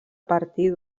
partir